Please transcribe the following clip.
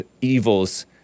evils